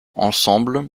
ensemble